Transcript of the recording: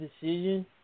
decision